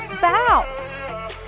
bow